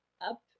up